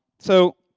so,